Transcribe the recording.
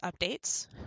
updates